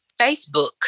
Facebook